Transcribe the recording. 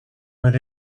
went